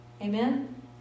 Amen